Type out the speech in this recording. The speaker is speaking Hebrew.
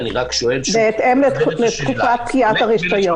אני רק שואל שוב ----- בהתאם לתקופת פקיעת הרישיון.